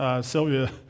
Sylvia